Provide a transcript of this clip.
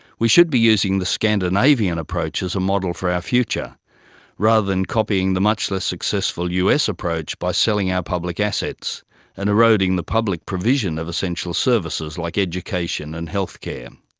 we should be using the scandinavian approach as a model for our future rather than copying the much less successful us approach by selling our public assets and eroding the public provision of essential services like education and health care.